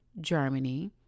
Germany